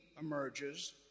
emerges